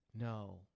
No